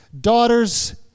daughters